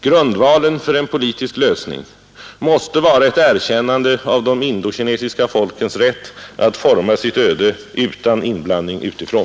Grundvalen för en politisk lösning måste vara ett erkännande av de indokinesiska folkens rätt att forma sitt öde utan inblandning utifrån.